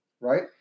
right